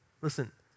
Listen